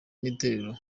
n’itorero